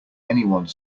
anyone